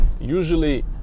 Usually